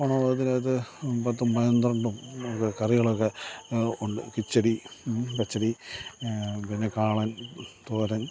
ഓണവിഭവത്തിനകത്ത് പത്തും പന്ത്രണ്ടും കറികളൊക്കെ ഉണ്ട് കിച്ചടി പച്ചടി പിന്നെ കാളൻ തോരൻ